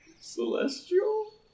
Celestial